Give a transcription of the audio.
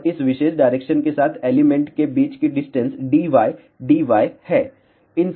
और इस विशेष डायरेक्शन के साथ एलिमेंट के बीच की डिस्टेंस dy dy हैं